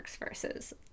versus